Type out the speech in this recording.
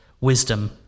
wisdom